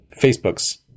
Facebook's